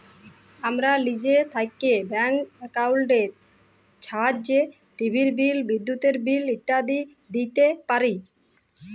আমরা লিজে থ্যাইকে ব্যাংক একাউল্টের ছাহাইয্যে টিভির বিল, বিদ্যুতের বিল ইত্যাদি দিইতে পারি